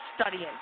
studying